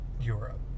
Europe